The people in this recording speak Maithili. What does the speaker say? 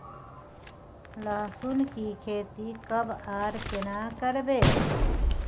लहसुन की खेती कब आर केना करबै?